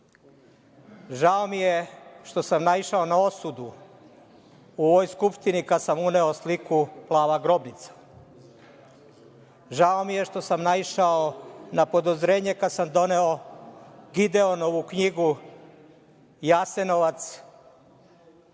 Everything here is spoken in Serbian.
Žao mi je što sam naišao na osudu u ovoj Skupštini kada sam uneo sliku „Plava grobnica“, žao mi je što sam naišao na podozrenje kada sam doneo Gideonovu knjigu „Jasenovac